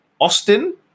Austin